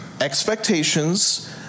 expectations